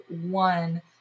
one